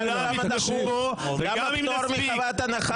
שאלנו מה דחוף, למה פטור מחובת ההנחה.